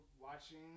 Watching